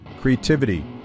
creativity